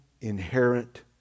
inherent